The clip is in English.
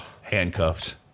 handcuffs